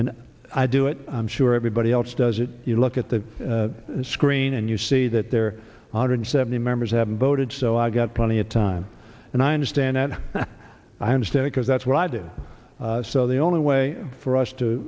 and i do it i'm sure everybody else does it you look at the screen and you see that there are hundred seventy members haven't voted so i've got plenty of time and i understand that i understand because that's what i do so the only way for us to